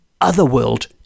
Otherworld